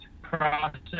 process